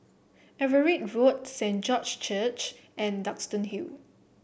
Everitt Road Saint George Church and Duxton Hill